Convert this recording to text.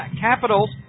Capitals